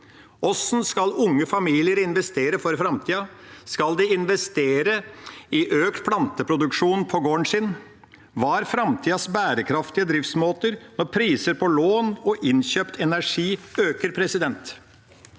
Hvordan skal unge familier investere for framtida? Skal de investere i økt planteproduksjon på gården sin? Hva er framtidas bærekraftige driftsmåter når priser på lån og innkjøpt energi øker? Faglagene